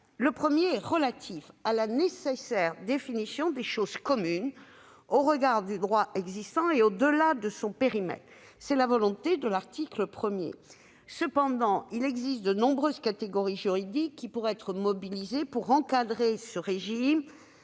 Le premier est relatif à la nécessaire définition des « choses communes » au regard du droit existant et au-delà de son périmètre. C'est la volonté de l'article 1. Cependant, il existe de nombreuses catégories juridiques qui pourraient être mobilisées pour encadrer ce régime